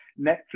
Netflix